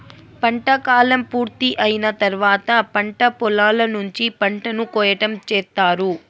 పంట కాలం పూర్తి అయిన తర్వాత పంట పొలాల నుంచి పంటను కోయటం చేత్తారు